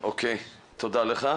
תודה רבה.